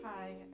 Hi